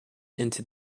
into